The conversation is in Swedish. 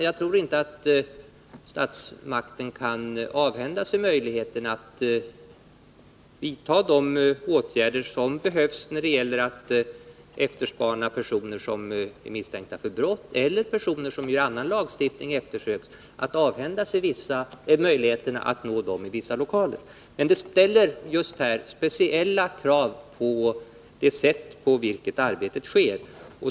Jag tror inte att statsmakten kan avhända sig möjligheten att vidta de åtgärder som behövs när det gäller att efterspana personer som är misstänkta för brott eller personer som enligt annan lagstiftning eftersöks. Man kan inte avhända sig möjligheten att nå sådana personer i vissa lokaler. Detta ställer speciella krav på det sätt på vilket arbetet sker.